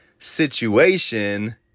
situation